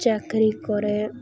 ᱪᱟᱠᱨᱤ ᱠᱚᱨᱮ